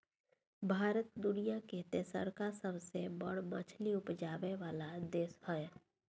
भारत दुनिया के तेसरका सबसे बड़ मछली उपजाबै वाला देश हय